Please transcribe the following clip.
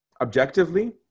objectively